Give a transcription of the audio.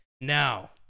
Now